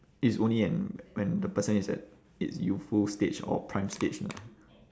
it's only am when the person is at its youthful stage or prime stage